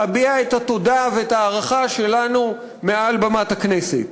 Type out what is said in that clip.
להביע את התודה ואת ההערכה שלנו מעל בימת הכנסת.